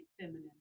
feminine